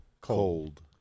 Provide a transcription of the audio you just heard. cold